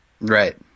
Right